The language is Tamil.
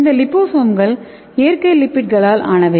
இந்த லிபோசோம்கள் இயற்கை லிப்பிட்களால் ஆனவை